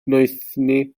noethni